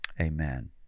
amen